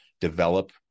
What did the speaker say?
develop